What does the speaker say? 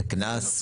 זה קנס?